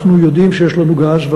אנחנו יודעים שיש לנו גז,